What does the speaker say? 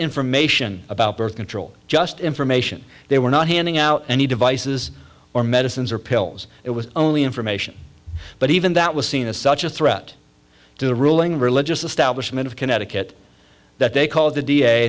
information about birth control just information they were not handing out any devices or medicines or pills it was only information but even that was seen as such a threat to the ruling religious establishment of connecticut that they called the d